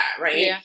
right